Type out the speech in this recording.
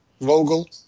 Vogel